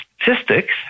statistics